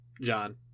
John